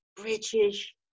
British